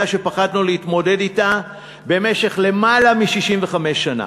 שפחדנו להתמודד אתה במשך יותר מ-65 שנה.